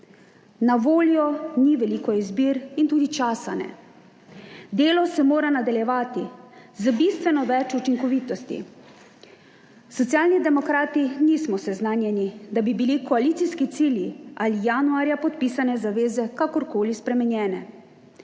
Na voljo ni veliko izbir in tudi časa ne, delo se mora nadaljevati z bistveno več učinkovitosti. Socialni demokrati nismo seznanjeni, da bi bili koalicijski cilji ali januarja podpisane zaveze kakorkoli spremenjene.